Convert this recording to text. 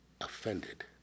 offended